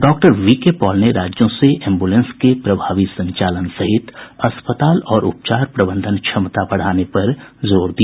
doctor V K Paul ने राज्यों से एम्बुलेंस के प्रभावी संचालन सहित अस्पताल और उपचार प्रबंधन क्षमता बढ़ाने पर जोर दिया